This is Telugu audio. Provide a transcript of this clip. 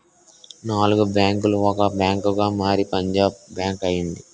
నాలుగు బ్యాంకులు ఒక బ్యాంకుగా మారి పంజాబ్ బ్యాంక్ అయింది